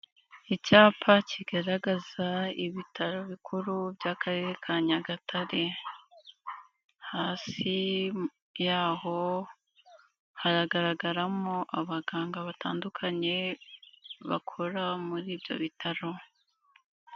Icyapa kigaragaza ibitaro bikuru by'Akarere ka Nyagatare hasi yaho haragaragaramo abaganga batandukanye, bakora muri ibyo bitaro.